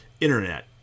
Internet